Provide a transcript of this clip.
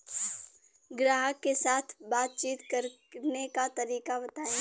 ग्राहक के साथ बातचीत करने का तरीका बताई?